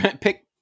Pick